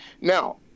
Now